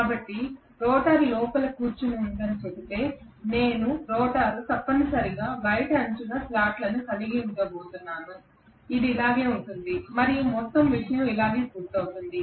కాబట్టి నేను రోటర్ లోపల కూర్చుని ఉందని చెబితే నేను రోటర్ తప్పనిసరిగా బయటి అంచున స్లాట్లను కలిగి ఉండబోతున్నాను ఇది ఇలాగే ఉంటుంది మరియు మొత్తం విషయం ఇలాగే పూర్తవుతుంది